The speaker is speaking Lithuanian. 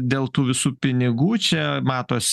dėl tų visų pinigų čia matos